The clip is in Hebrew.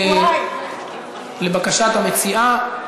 לבקשת המציעה,